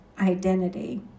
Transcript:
identity